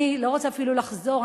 אני לא רוצה אפילו לחזור.